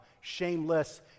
shameless